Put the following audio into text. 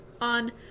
On